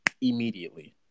immediately